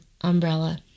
umbrella